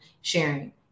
sharing